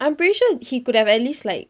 I'm pretty sure he could've at least like